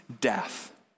death